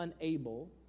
unable